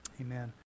Amen